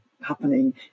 happening